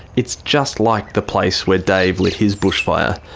it's just like the place where dave lit his bushfire.